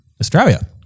Australia